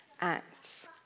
acts